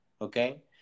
okay